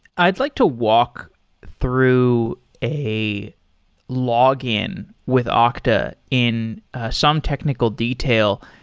i'd like to walk through a login with ah okta in some technical detail.